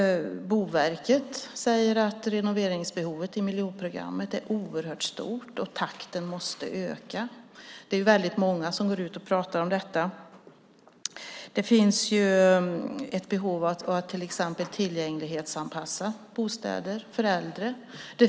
Boverket säger att renoveringsbehovet i miljonprogrammet är oerhört stort och att takten måste öka. Det är väldigt många som går ut och pratar om detta. Det finns ett behov av att till exempel tillgänglighetsanpassa bostäder för äldre.